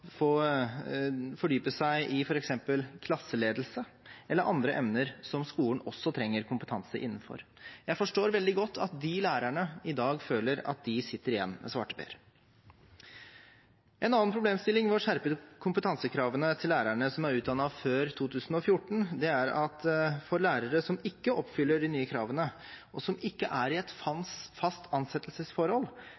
fordype seg i f.eks. klasseledelse eller andre emner som skolen også trenger kompetanse innenfor. Jeg forstår veldig godt at de lærerne i dag føler at de sitter igjen med svarteper. En annen problemstilling ved å skjerpe kompetansekravene til lærere som er utdannet før 2014, er at for lærere som ikke oppfyller de nye kravene, og som ikke er i et